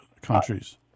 countries